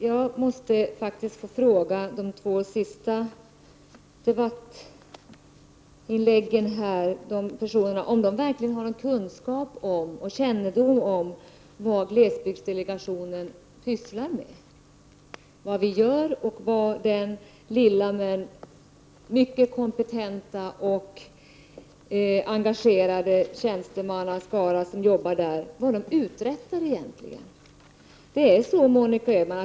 Herr talman! Jag måste fråga de två senaste talarna om de verkligen har kunskap och kännedom om vad glesbygdsdelegationen sysslar med och vad den lilla, men mycket kompetenta och engagerade tjänstemannaskara som arbetar där egentligen uträttar.